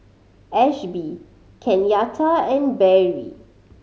Ashby Kenyatta and Berry